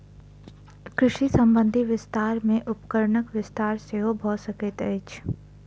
कृषि संबंधी विस्तार मे उपकरणक विस्तार सेहो भ सकैत अछि